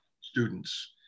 students